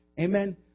Amen